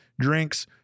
drinks